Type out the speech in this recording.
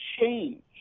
change